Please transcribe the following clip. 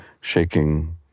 shaking